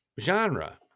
Genre